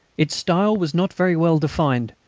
its style was not very well defined,